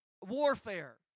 warfare